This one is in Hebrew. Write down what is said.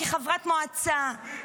כחברת מועצה,